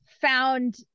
found